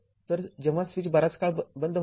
तर जेव्हा स्विच बराच काळ बंद होता